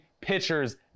pitchers